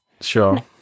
Sure